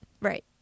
Right